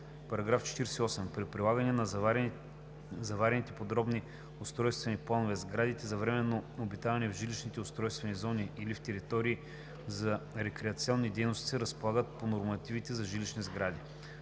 строеж. § 48. При прилагането на заварените подробни устройствени планове сградите за временно обитаване в жилищни устройствени зони или в територии за рекреационни дейности, се разполагат по нормативите за жилищни сгради.